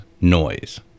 noise